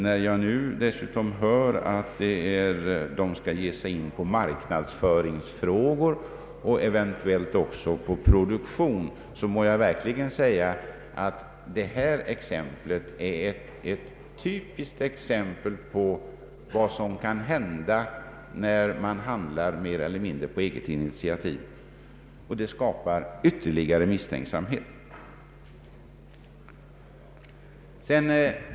När jag dessutom hör att bolaget skall ge sig in på marknadsföringsfrågor och eventuellt också på produktion må jag verkligen säga att detta är ett typiskt exempel på vad som kan hända om man handlar mer eller mindre på eget initiativ, och det skapar ytterligare misstänksamhet.